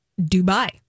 Dubai